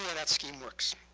that scheme works.